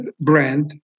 brand